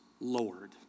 Lord